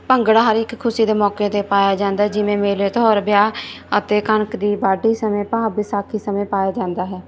ਭੰਗੜਾ ਹਰ ਇੱਕ ਖੁਸ਼ੀ ਦੇ ਮੌਕੇ 'ਤੇ ਪਾਇਆ ਜਾਂਦਾ ਜਿਵੇਂ ਮੇਲੇ ਤਿਉਹਾਰ ਵਿਆਹ ਅਤੇ ਕਣਕ ਦੀ ਵਾਢੀ ਸਮੇਂ ਭਾਵ ਵਿਸਾਖੀ ਸਮੇਂ ਪਾਇਆ ਜਾਂਦਾ ਹੈ